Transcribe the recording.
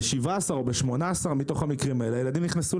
ב-17 או 18 מן המקרים הללו ילדים נכנסו